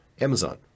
Amazon